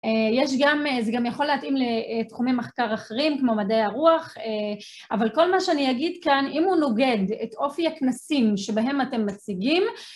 יש גם, זה גם יכול להתאים לתחומים מחקר אחרים כמו מדעי הרוח, אבל כל מה שאני אגיד כאן, אם הוא נוגד את אופי הכנסים שבהם אתם מציגים,